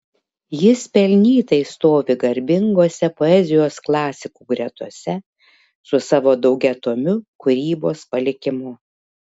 jis pelnytai stovi garbingose poezijos klasikų gretose su savo daugiatomiu kūrybos palikimu